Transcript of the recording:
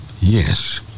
yes